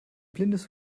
blindes